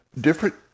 different